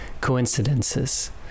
coincidences